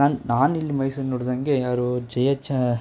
ನಾನು ನಾನಿಲ್ಲಿ ಮೈಸೂರು ನೋಡ್ದಂಗೆ ಯಾರು ಜಯಚ